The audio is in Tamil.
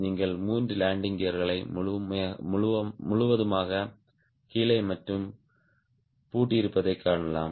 நீங்கள் மூன்று லேண்டிங் கியர்களை முழுவதுமாக கீழே மற்றும் பூட்டியிருப்பதைக் காணலாம்